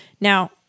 Now